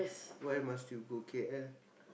why must you go K_L